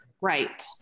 Right